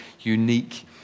unique